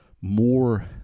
more